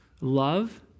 love